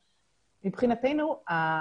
לגמרי מצטרפת לדברים של ליהי.